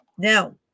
Now